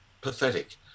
pathetic